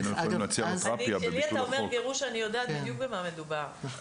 אני - כשאתה אומר לי "גירוש" אני יודעת בדיוק במה מדובר.